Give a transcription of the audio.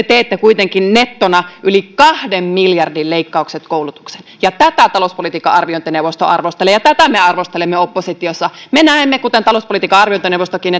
teette kuitenkin nettona yli kahden miljardin leikkaukset koulutukseen ja tätä talouspolitiikan arviointineuvosto arvostelee ja tätä me arvostelemme oppositiossa me näemme kuten talouspolitiikan arviointineuvostokin